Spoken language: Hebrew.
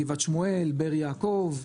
גבעת שמואל, באר-יעקב,